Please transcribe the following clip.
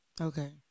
Okay